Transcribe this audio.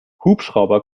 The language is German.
hubschrauber